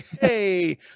Hey